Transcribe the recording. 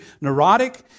neurotic